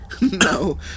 no